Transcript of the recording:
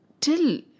till